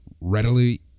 readily